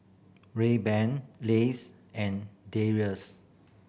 Rayban Lays and